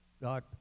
God